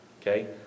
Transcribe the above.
okay